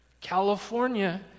California